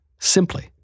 simply